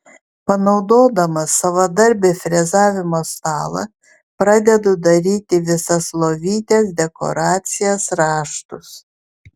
panaudodamas savadarbį frezavimo stalą pradedu daryti visas lovytės dekoracijas raštus